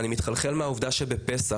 אני מתחלחל מהעובדה שבפסח,